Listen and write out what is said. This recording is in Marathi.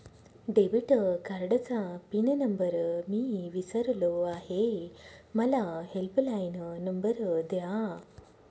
डेबिट कार्डचा पिन नंबर मी विसरलो आहे मला हेल्पलाइन नंबर द्या